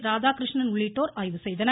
ராதாகிருஷ்ணன் உள்ளிட்டோர் ஆய்வு செய்தனர்